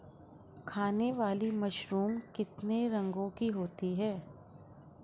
खाने वाली मशरूम कितने रंगों की होती है?